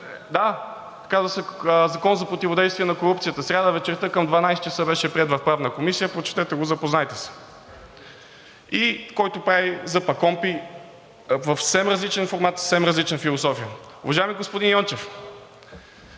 Да, казва се Закон за противодействие на корупцията. В сряда вечерта към 12,00 ч. беше приет в Правната комисия – прочетете го, запознайте се, и който прави ЗПКОНПИ в съвсем различен формат, в съвсем различна философия. Уважаеми господин Йончев,